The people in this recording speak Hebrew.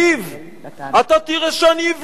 אתה תראה איך שאני אבנה את ירושלים,